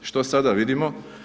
Što sada vidimo?